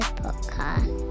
podcast